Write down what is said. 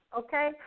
okay